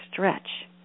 Stretch